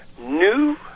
New